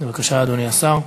בבקשה, אדוני השר.